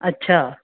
अच्छा